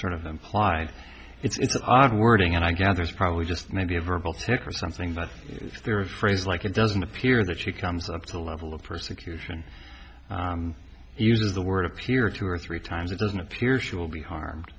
sort of implied it's an odd wording and i gather it's probably just maybe a verbal techron something by a spirit phrase like it doesn't appear that she comes up to the level of persecution uses the word appear two or three times it doesn't appear she will be harmed